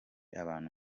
abantu